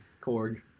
Korg